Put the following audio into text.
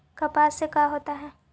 कपास से का होता है?